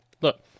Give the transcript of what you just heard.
Look